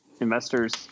investors